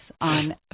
on